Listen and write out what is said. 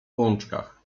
łączkach